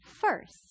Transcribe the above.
first